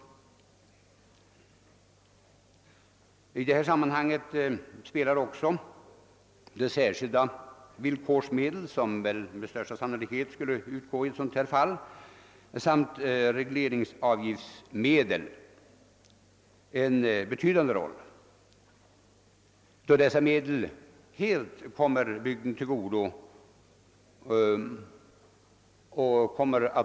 I detta sammanhang spelar också de särskilda villkorsmedel och regleringsavgiftsmedel, som kommer att utgå, en betydande roll, då dessa medel helt kommer bygden till godo.